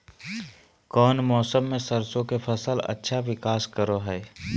कौन मौसम मैं सरसों के फसल अच्छा विकास करो हय?